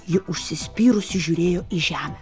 ji užsispyrusi žiūrėjo į žemę